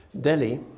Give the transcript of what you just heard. Delhi